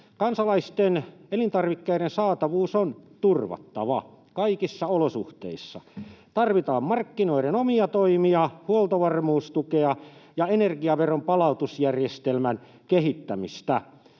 Kansalaisten elintarvikkeiden saatavuus on turvattava kaikissa olosuhteissa. Tarvitaan markkinoiden omia toimia, huoltovarmuustukea ja energiaveron palautusjärjestelmän kehittämistä.